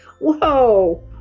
Whoa